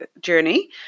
journey